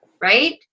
right